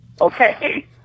Okay